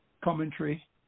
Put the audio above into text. Commentary